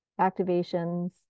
Activations